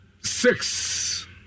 six